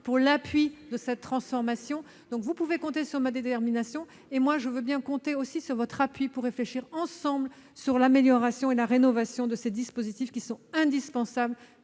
en appui de cette transformation. Vous pouvez compter sur ma détermination, et je veux bien compter sur votre appui : réfléchissons ensemble à l'amélioration et à la rénovation de ces dispositifs indispensables